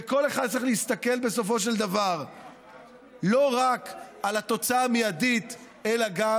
וכל אחד צריך להסתכל בסופו של דבר לא רק על התוצאה המיידית אלא גם